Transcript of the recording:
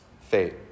fate